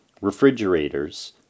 refrigerators